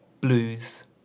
blues